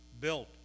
built